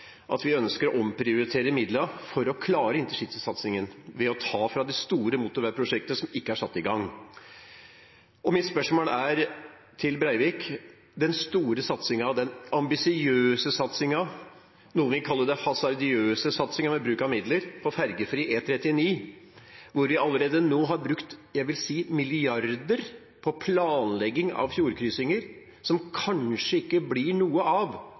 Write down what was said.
Vi ønsker å omprioritere midlene for å klare InterCity-satsingen ved å ta fra de store motorveiprosjektene som ikke er satt i gang. Mitt spørsmål til Breivik gjelder den store satsingen, den ambisiøse satsingen, noen vil kalle det den hasardiøse satsingen, med bruk av midler på ferjefri E39, hvor vi allerede har brukt – jeg vil si – milliarder på planlegging av fjordkryssinger som kanskje ikke blir noe av.